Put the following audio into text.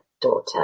daughter